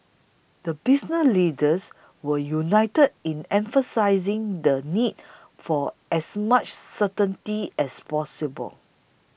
the business leaders were united in emphasising the need for as much certainty as possible